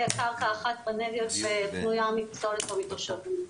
קרקע אחת בנגב פנויה מפסולת או מתושבים.